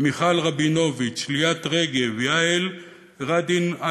מיכל רבינוביץ, ליאת רגב, יעל רדין-אייכנר,